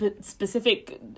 specific